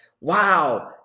wow